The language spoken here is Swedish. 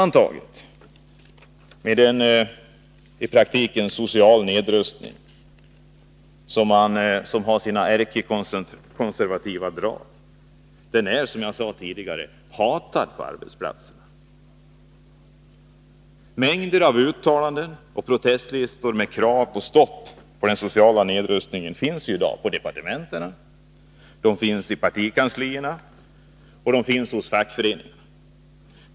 Denna politik — i praktiken en social nedrustning med ärkekonservativa drag — är, som jag sade tidigare, hatad på arbetsplatserna. Mängder av uttalanden och protestlistor med krav på ett stopp för denna sociala nedrustning finns hos departement, partikanslier och fackföreningar.